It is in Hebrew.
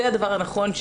זה הדבר הנכון,